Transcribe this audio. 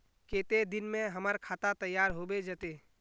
केते दिन में हमर खाता तैयार होबे जते?